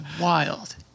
wild